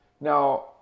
now